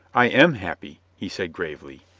i am happy, he said gravely,